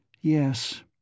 Yes